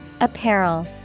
Apparel